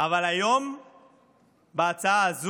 זה היופי בדמוקרטיה.